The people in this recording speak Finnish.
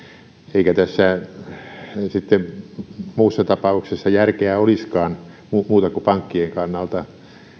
eikä tässä muussa tapauksessa järkeä olisikaan muuta muuta kuin pankkien kannalta